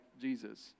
Jesus